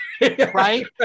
right